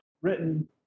written